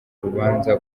urubanza